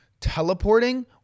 teleporting